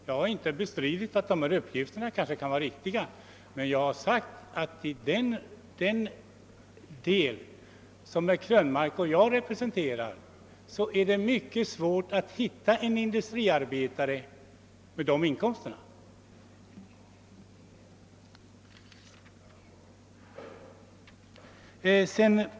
Jag har inte bestritt att de inkomstuppgifter som här redovisats kan vara riktiga, men jag har sagt att det i den landsdel som herr Krönmark och jag representerar är mycket svårt att hitta en industriarbetare med de inkomster som här angetts.